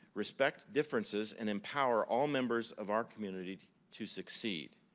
respect differences and empower all members of our community to succeed.